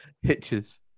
Hitches